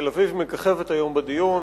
תל-אביב מככבת היום בדיון,